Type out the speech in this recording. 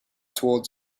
towards